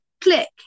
Click